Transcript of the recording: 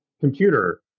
computer